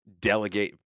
delegate